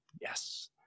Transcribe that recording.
yes